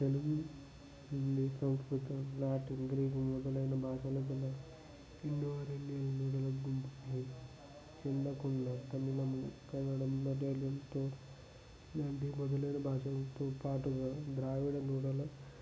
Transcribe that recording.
తెలుగు హిందీ సంస్కృతం Latin Greek మొదలైన భాషల కన్నా హిందీ వారిని మొదలుగున్నాయి చెందకుండా తమిళం కన్నడం మలయాళంతో ఇలాంటి మొదలైన భాషలతో పాటుగా ద్రావిడ నుడుల